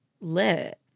lit